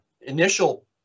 initial